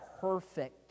perfect